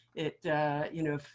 it you know,